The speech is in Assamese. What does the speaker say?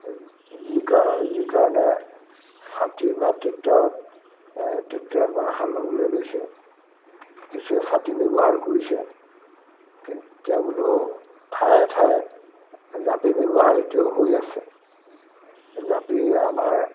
যি কাৰণে যি কাৰণে ছাটি বা ট্ৰেক্টৰত ট্ৰেক্টৰত মানে হাল বাবলৈ লৈছে কিছুৱে ছাটি ব্যৱহাৰ কৰিছে কিন্তু তেওবোলো ঠায়ে ঠায়ে জাপি ব্যৱহাৰ এতিয়াও হৈ আছে জাপি আমাৰ